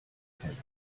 keller